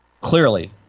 Clearly